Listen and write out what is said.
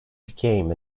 became